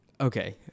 okay